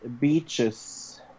beaches